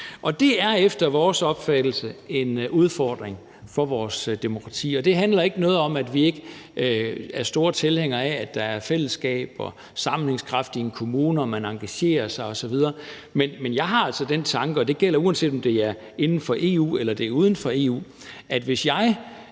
Det er efter vores opfattelse en udfordring for vores demokrati, og det handler ikke om, at vi ikke er store tilhængere af, at der er fællesskab og sammenhængskraft i en kommune, at man engagerer sig, osv. Men jeg har altså den tanke, og det gælder, uanset om det er inden for EU eller uden for EU, at hvis jeg